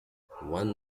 one